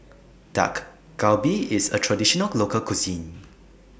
Dak Galbi IS A Traditional Local Cuisine